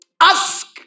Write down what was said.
Ask